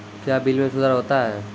क्या बिल मे सुधार होता हैं?